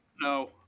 No